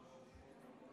גם אני,